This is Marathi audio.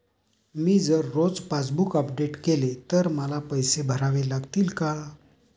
मी जर रोज पासबूक अपडेट केले तर मला पैसे भरावे लागतील का?